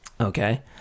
okay